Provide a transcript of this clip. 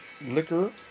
liquor